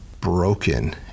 broken